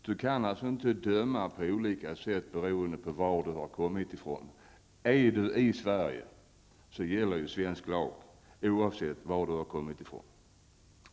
Man kan inte döma på olika sätt beroende på varifrån personen kommer. Är man i Sverige gäller svensk lag oavsett var man kommer ifrån.